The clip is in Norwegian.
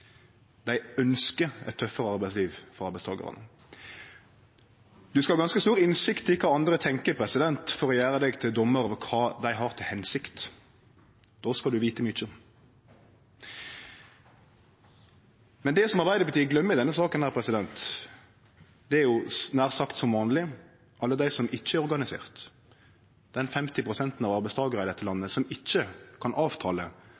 dei ønskjer eit tøffare arbeidsliv for arbeidstakarane. – Ein skal ha ganske stor innsikt i kva andre tenkjer, for å gjere seg til dommar over kva dei har til hensikt. Då skal ein vite mykje. Det Arbeidarpartiet gløymer i denne saka, er – nær sagt som vanleg – alle dei som ikkje er organiserte, den femtiprosenten av arbeidstakarar i dette landet som ikkje kan avtale